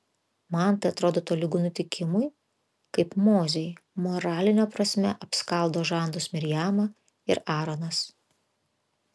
man tai atrodo tolygu nutikimui kaip mozei moraline prasme apskaldo žandus mirjama ir aaronas